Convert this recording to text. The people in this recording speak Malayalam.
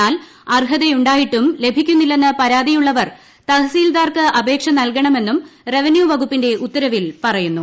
എന്നാൽ അർഹതുണ്ടായിട്ടും ലഭിക്കുന്നില്ലെന്ന് പരാതിയുള്ളവർ തഹസീൽദാർക്ക് അപേക്ഷ നൽകണമെന്നും റവന്യൂവകുപ്പിന്റെ ഉത്തരവിൽ പറയുന്നു